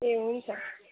ए हुन्छ